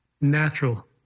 natural